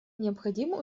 необходимо